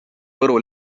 võru